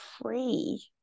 free